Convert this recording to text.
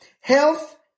health